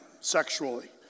sexually